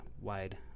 wide